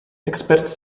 experts